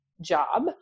job